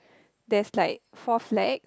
there's like fourth flags